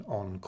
on